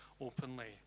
openly